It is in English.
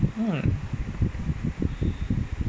hmm